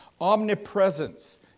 omnipresence